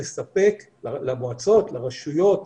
לרשויות,